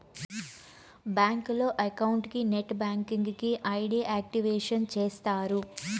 బ్యాంకులో అకౌంట్ కి net banking కి ఐ.డి యాక్టివేషన్ చేస్తారు